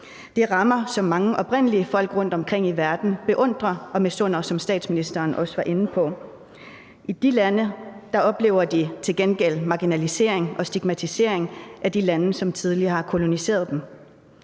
er rammer, som mange oprindelige folk rundtomkring i verden beundrer og misunder, som statsministeren også var inde på. I de lande oplever de til gengæld marginalisering og stigmatisering fra de lande, som tidligere har koloniseret dem.